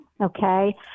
Okay